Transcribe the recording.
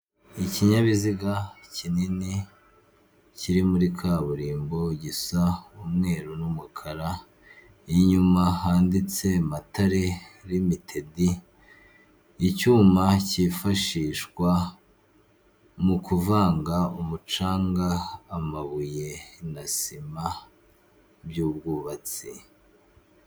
Ikinyabiziga kinini kiri muri kaburimbo gisa umweru n'umukara inyuma handitse matare limitedi, icyuma cyifashishwa mu kuvanga umucanga, amabuye na sima by'ubwubatsi.